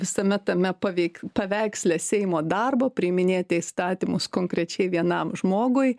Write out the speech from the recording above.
visame tame pavei paveiksle seimo darbo priiminėti įstatymus konkrečiai vienam žmogui